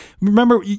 Remember